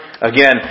again